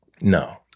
No